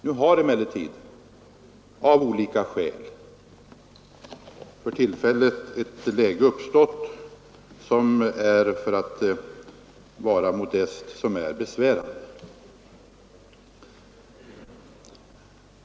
Nu har emellertid av olika skäl ett läge uppstått som är — för att vara modest — besvärande.